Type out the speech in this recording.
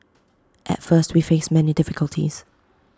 at first we faced many difficulties